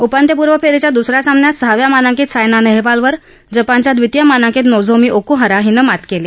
उपान्त्यपूर्व फेरीच्या द्सऱ्या सामन्यात सहाव्या मानांकित सायना नेहवालवर जपानच्या द्वितीय मानांकित नोझोमी ओकुहारा हिनं मात केली